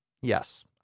Yes